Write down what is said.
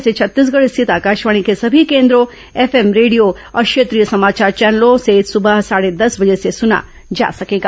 इसे छत्तीसगढ़ स्थित आकाशवाणी के सभी केन्द्रों एफएम रेडियो और क्षेत्रीय समाचार चैनलों से सुबह साढ़े दस बजे से सुना जा सकेगा